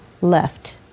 left